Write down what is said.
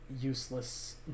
useless